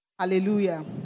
Hallelujah